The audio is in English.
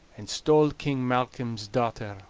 and stole king malcolm's daughter,